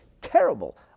terrible